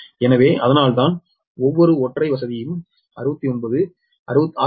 எனவே அதனால்தான் ஒவ்வொரு ஒற்றை வசதியும் 69 6